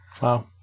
Wow